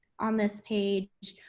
on this page,